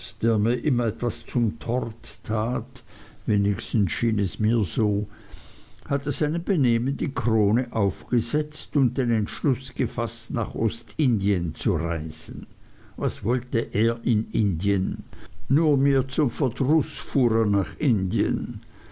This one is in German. der mir immer etwas zum tort tat wenigstens schien es mir so hatte seinem benehmen die krone aufgesetzt und den entschluß gefaßt nach ostindien zu reisen was wollte er in indien nur mir zum verdruß fuhr er nach indien